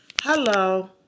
Hello